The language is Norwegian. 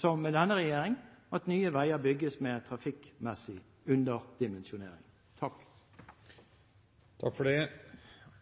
som med denne regjeringen, at nye veier bygges med trafikkmessig underdimensjonering.